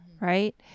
right